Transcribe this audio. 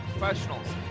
professionals